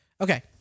Okay